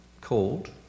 called